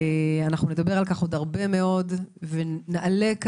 עוד נדבר על כך הרבה מאוד וגם נעלה פה